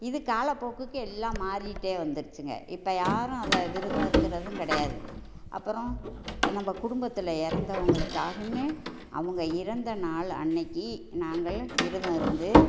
இது கால போக்குக்கு எல்லாம் மாறிக்கிட்டே வந்துடுச்சிங்க இப்போது யாரும் விரதம் எடுக்கிறதும் கிடையாது அப்புறம் என்ன குடும்பத்தில் இறந்தவர்களுக்காகன்னு அவங்க இறந்த நாள் அன்றைக்கு நாங்கள் விரதம் இருந்து